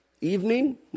evening